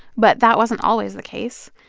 but that wasn't always the case.